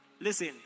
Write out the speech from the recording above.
Listen